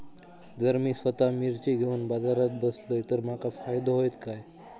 जर मी स्वतः मिर्ची घेवून बाजारात बसलय तर माका फायदो होयत काय?